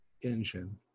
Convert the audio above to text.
engine